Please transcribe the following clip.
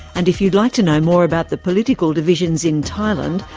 and if you'd like to know more about the political divisions in thailand,